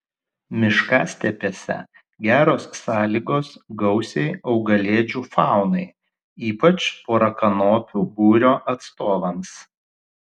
miškastepėse geros sąlygos gausiai augalėdžių faunai ypač porakanopių būrio atstovams